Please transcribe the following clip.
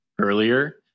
earlier